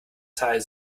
teil